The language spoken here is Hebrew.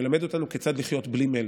שמלמד אותנו כיצד לחיות בלי מלך.